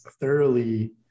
thoroughly